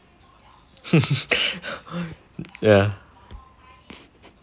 ya